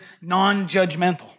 non-judgmental